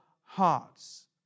hearts